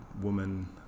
woman